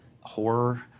Horror